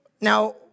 Now